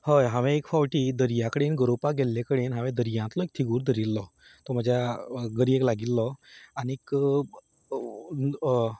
हय हांवें एक फावटी दर्या कडेन गरोवपाक गेल्ले कडेन हांवें दर्यांतलो एक तिगूर धरिल्लो तो म्हज्या गऱ्येक लागिल्लो आनी